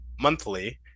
monthly